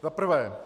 Za prvé.